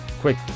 quick